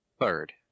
third